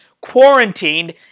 quarantined